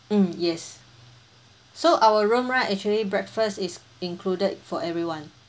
mm yes so our room right actually breakfast is included for everyone